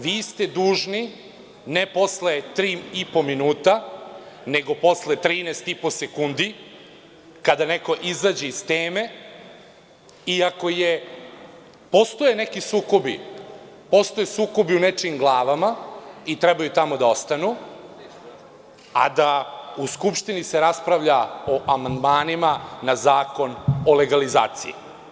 Vi ste dužni, ne posle tri i po minuta, nego posle trinaest i po sekundi kada neko izađe iz teme da ga opomenete i ako postoje neki sukobi u nečijim glavama i trebaju tamo da ostanu, a da se u Skupštini raspravlja o amandmanima na Zakon o legalizaciji.